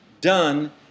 done